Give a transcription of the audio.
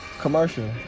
commercial